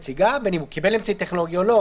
נציגה" בין אם הוא קיבל אמצעי טכנולוגי או לא,